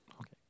Okay